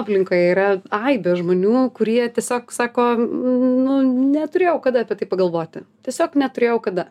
aplinkoje yra aibė žmonių kurie tiesiog sako nu neturėjau kada apie tai pagalvoti tiesiog neturėjau kada